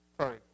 sorry